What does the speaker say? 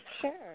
Sure